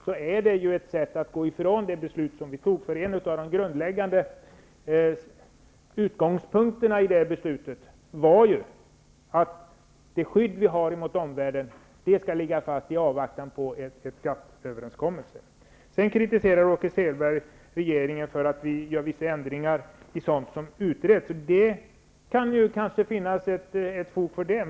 Det är faktiskt ett sätt att gå ifrån det beslut som fattades. En av de grundläggande utgångspunkterna var att det skydd vi har gentemot omvärlden skall ligga fast i avvaktan på en GATT-överenskommelse. Åke Selberg kritiserar regeringen för att vi gör vissa ändringar i sådant som nu utreds. Det kanske kan finnas fog för det.